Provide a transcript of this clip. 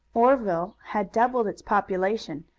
oreville had doubled its population,